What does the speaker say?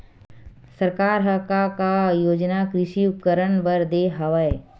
सरकार ह का का योजना कृषि उपकरण बर दे हवय?